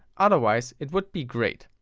otherwise it would be great.